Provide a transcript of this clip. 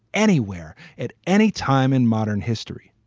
anywhere at any time in modern history